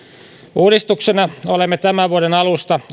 uudistuksena olemme tämän vuoden alusta